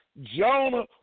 Jonah